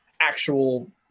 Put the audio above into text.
actual